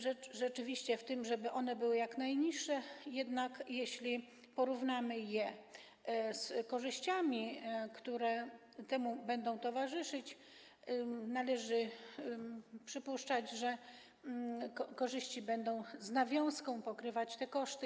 Rzecz rzeczywiście w tym, żeby one były jak najniższe, jednak jeśli porównamy je z korzyściami, które temu będą towarzyszyć, należy przypuszczać, że korzyści będą z nawiązką pokrywać te koszty.